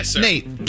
Nate